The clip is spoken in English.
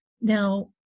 Now